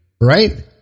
Right